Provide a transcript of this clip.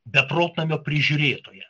beprotnamio prižiūrėtoją